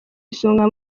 isonga